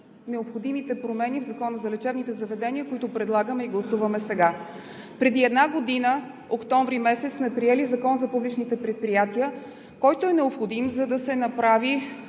необходимите промени в Закона за лечебните заведения, които предлагаме и гласуваме сега. Преди една година, октомври месец, сме приели Закон за публичните предприятия, който е необходим, за да се направи